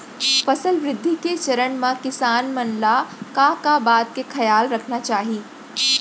फसल वृद्धि के चरण म किसान मन ला का का बात के खयाल रखना चाही?